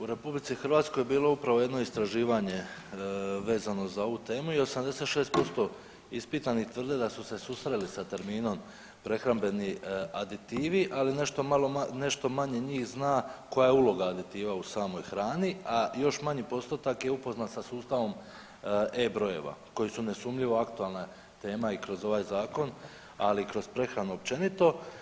U Republici Hrvatskoj je bilo upravo jedno istraživanje vezano za ovu temu i 86% ispitanih tvrde da su se susreli sa terminom prehrambeni aditivi, ali nešto manje njih zna koja je uloga aditiva u samoj hrani, a još manji postotak je upoznat sa sustavom e brojeva koji su nesumnjivo aktualna tema i kroz ovaj zakon ali i kroz prehranu općenito.